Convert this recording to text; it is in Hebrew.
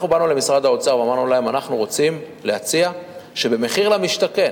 אנחנו באנו למשרד האוצר ואמרנו להם: אנחנו רוצים להציע שבמחיר למשתכן,